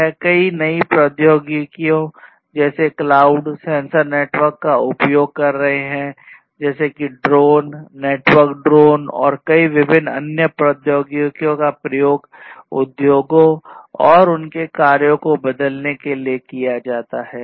यह कई नई प्रौद्योगिकियों जैसे क्लाउड सेंसर नेटवर्क का उपयोग कर रहे हैं जैसे कि ड्रोन नेटवर्क ड्रोन और कई विभिन्न अन्य प्रौद्योगिकियां का प्रयोग उद्योगों और उनके कार्यों को बदलने के लिए किया जाता है